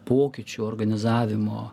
pokyčių organizavimo